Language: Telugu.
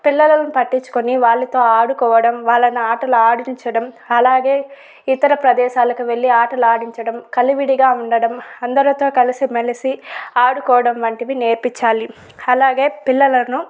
పిల్లలను పట్టించుకోని వాళ్లతో ఆడుకోవడం వాళ్ళని ఆటలు ఆడించడం అలాగే ఇతర ప్రదేశాలకు వెళ్లి ఆటలాడించడం కలివిడిగా ఉండడం అందరితో కలిసి మెలిసి ఆడుకోవడం వంటివి నేర్పించాలి అలాగే పిల్లలను